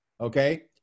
okay